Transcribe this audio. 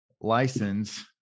license